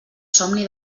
somni